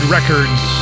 Records